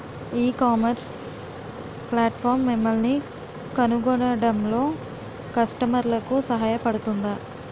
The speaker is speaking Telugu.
ఈ ఇకామర్స్ ప్లాట్ఫారమ్ మిమ్మల్ని కనుగొనడంలో కస్టమర్లకు సహాయపడుతుందా?